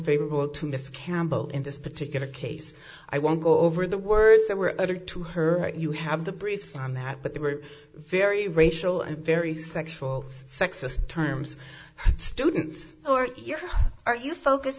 campbell in this particular case i won't go over the words that were uttered to her you have the briefs on that but they were very racial and very sexual sexist terms students or you're are you focus